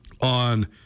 on